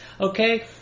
okay